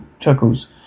Chuckles